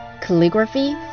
calligraphy